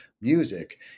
music